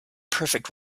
perfect